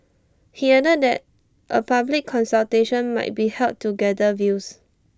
he added that A public consultation might be held to gather views